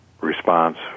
response